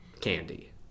candy